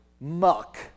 muck